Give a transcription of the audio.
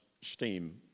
steam